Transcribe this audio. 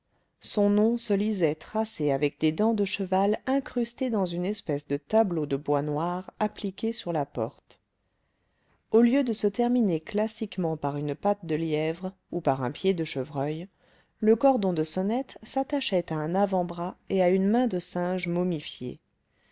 son nom se lisait tracé avec des dents de cheval incrustées dans une espèce de tableau de bois noir appliqué sur la porte au lieu de se terminer classiquement par une patte de lièvre ou par un pied de chevreuil le cordon de sonnette s'attachait à un avant-bras et à une main de singe momifiés